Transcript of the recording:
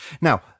Now